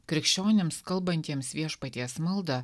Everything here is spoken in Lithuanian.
krikščionims kalbantiems viešpaties maldą